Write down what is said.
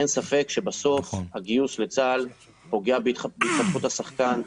אין ספק שבסוף הגיוס לצה"ל פוגע בהתפתחות השחקן.